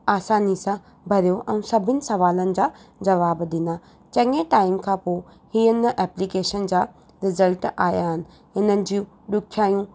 आसानी सां भरियो ऐं सभिनि सुवालनि जा जवाब ॾिना चङे टाइम खां पोइ ई इन एप्लिकेशन जा रिज़ल्ट आहियां आहिनि हिननि जूं ॾुखियाऊं